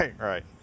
Right